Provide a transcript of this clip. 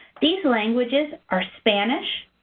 these languages are spanish,